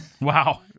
Wow